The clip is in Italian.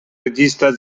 regista